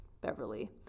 Beverly